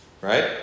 right